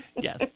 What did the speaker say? Yes